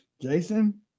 Jason